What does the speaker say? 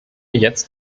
jetzt